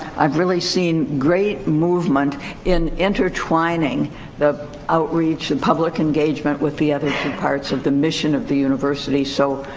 i've really seen great movement in intertwining the outreach and public engagement with the other two parts of the mission of the university. so,